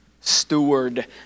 Steward